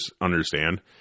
understand